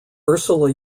ursula